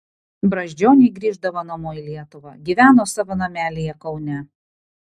brazdžioniai grįždavo namo į lietuvą gyveno savo namelyje kaune